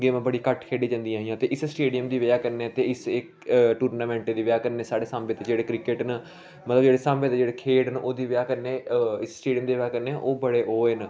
गेमां बडियां घट्ट खेढी जंदियां हियां ते इस्सै स्टेडियम बजह् कन्नै ते इस्स इक टूरनामेंट दी बजह् कन्नै साढ़े साम्बे दे जेह्ड़े क्रिकेट न मतलब जेह्ड़े साम्बे दे जेह्ड़े खेढ न ओह्दी बजह् कन्नै इस स्टेडियम दी बजह् कन्नै ओह् बड़े ओह् होऐ न